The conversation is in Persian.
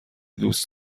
دوست